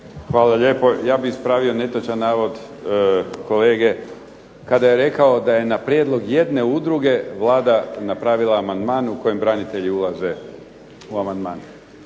Hvala lijepo. Ja bih ispravio netočan navod kolege kada je rekao da je na prijedlog jedne udruge Vlada napravila amandman u kojem branitelji ulaze u amandman.